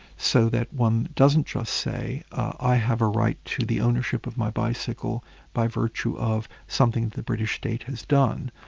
so that one doesn't just say i have a right to the ownership of my bicycle by virtue of something the british state has done,